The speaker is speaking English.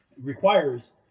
requires